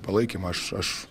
palaikymą aš aš